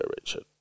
Richard